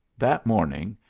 that morning,